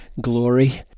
glory